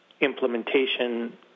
implementation